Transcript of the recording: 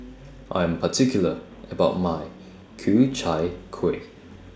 I'm particular about My Ku Chai Kuih